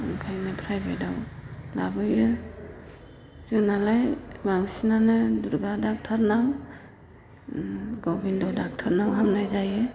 ओंखायनो फ्राइभेटआव लाबोयो जोंनालाय बांसिनानो दुर्गा दक्टरनाव गबिन्द' दक्टरनाव हामनाय जायो